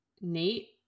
Nate